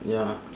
ya